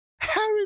Harry